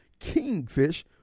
Kingfish